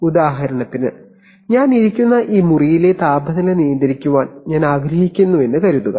ഉദാഹരണത്തിന് ഞാൻ ഇരിക്കുന്ന ഈ മുറിയിലെ താപനില നിയന്ത്രിക്കാൻ ഞങ്ങൾ ആഗ്രഹിക്കുന്നുവെന്ന് കരുതുക